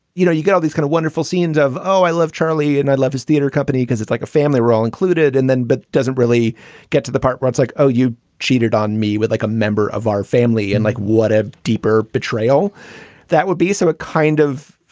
you know, you got all these kind of wonderful scenes of, oh, i love charlie and i love his theater company because it's like a family were all included. and then but doesn't really get to the part where it's like, oh, you cheated on me with like a member of our family and like, what a deeper betrayal that would be. so kind of,